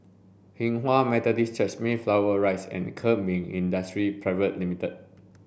Hinghwa Methodist Church Mayflower Rise and Kemin Industries Pte Limited